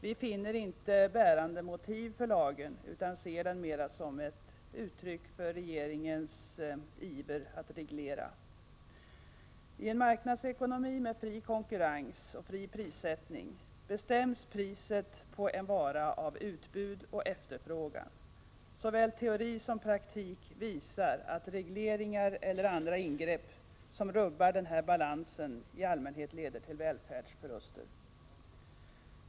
Vi finner inte några bärande motiv för lagen utan ser den mer som ett uttryck för regeringens iver att reglera. I en marknadsekonomi med fri konkurrens och fri prissättning bestäms priset på en vara av utbud och efterfrågan. Såväl teori som praktik visar att regleringar eller andra ingrepp som rubbar denna balans i allmänhet leder till välfärdsförluster.